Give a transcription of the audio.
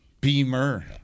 Beamer